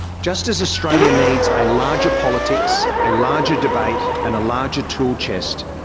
just as australia needs a larger politics, a larger debate and a larger tool chest,